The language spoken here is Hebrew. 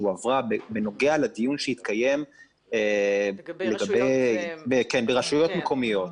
שהועברה בנוגע לדיון שהתקיים לגבי רשויות מקומיות,